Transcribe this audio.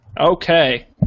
Okay